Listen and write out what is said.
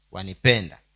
Wanipenda